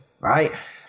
right